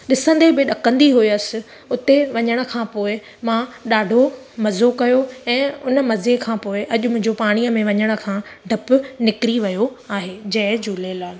ॾिसंदे बि ॾकंदी हुअसि उते वञण खां पोइ मां ॾाढो मज़ो कयो ऐं उन मज़े खां पोइ अॼु मुंहिंजो पाणीअ में वञण खां डपु निकिरी वियो आहे जय झूलेलाल